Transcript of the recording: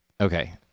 Okay